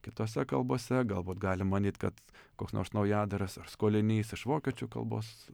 kitose kalbose galbūt galim manyt kad koks nors naujadaras ar skolinys iš vokiečių kalbos